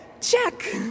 Check